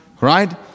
Right